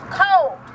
cold